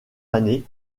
années